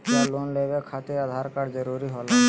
क्या लोन लेवे खातिर आधार कार्ड जरूरी होला?